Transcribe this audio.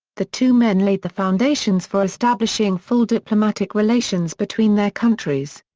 the two men laid the foundations for establishing full diplomatic relations between their countries.